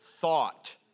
Thought